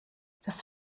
das